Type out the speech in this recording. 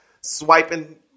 swiping